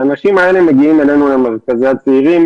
האנשים האלה מגיעים אלינו למרכזי הצעירים